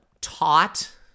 taught